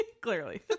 clearly